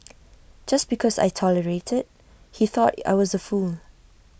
just because I tolerated he thought I was A fool